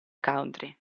country